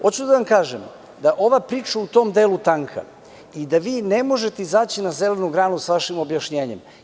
Hoću da vam kažem da je ova priča u tom delu tanka i da vi ne možete izaći na zelenu granu sa vašim objašnjenjem.